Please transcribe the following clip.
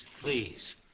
please